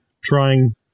trying